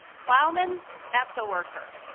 plowman? that's a worker,